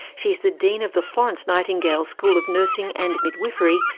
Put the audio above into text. she is the dean of the florence nightingale school of nursing and midwifery,